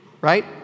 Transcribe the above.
right